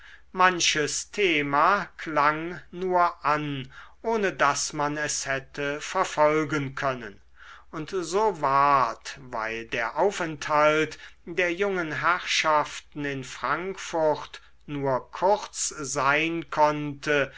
manches thema klang nur an ohne daß man es hätte verfolgen können und so ward weil der aufenthalt der jungen herrschaften in frankfurt nur kurz sein konnte